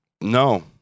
No